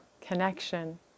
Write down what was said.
connection